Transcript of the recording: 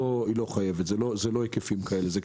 לא חייבת, ולא מדובר בהיקפים כאלה.